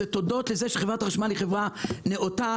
זה תודות לזה שחברת החשמל היא חברה נאותה,